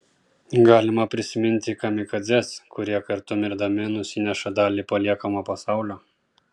galima prisiminti kamikadzes kurie kartu mirdami nusineša dalį paliekamo pasaulio